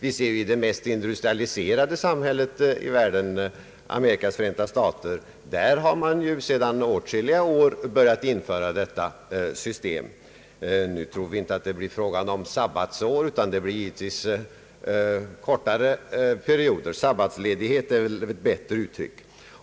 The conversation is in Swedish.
I det mest industrialiserade samhället i världen, Amerikas förenta stater, har man för åtskilliga år sedan börjat införa detta system. Nu tror vi inte att det blir fråga om sabbatsår, utan det blir givetvis kortare perioder — sabbatsledighet är väl ett bättre uttryck.